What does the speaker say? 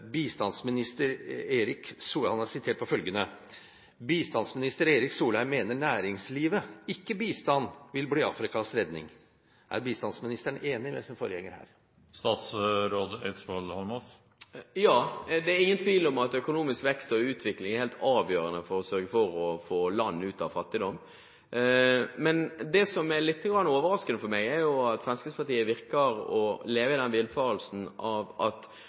Han er sitert på følgende: «Bistandsminister Erik Solheim mener næringslivet – ikke bistand – vil bli Afrikas redning.» Er bistandsministeren enig med sin forgjenger her? Ja. Det er ingen tvil om at økonomisk vekst og utvikling er helt avgjørende for å få land ut av fattigdom. Men det som er litt overraskende for meg, er at Fremskrittspartiet virker å leve i den villfarelsen at bare man investerer i næringslivet, så går ting av